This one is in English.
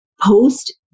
post